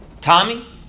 Tommy